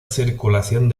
circulación